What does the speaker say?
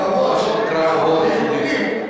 איפה מקימים חוות לאוליגרכים, תגיד לי.